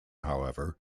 however